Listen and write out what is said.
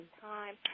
time